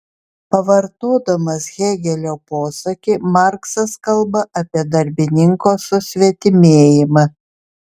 pavartodamas hėgelio posakį marksas kalba apie darbininko susvetimėjimą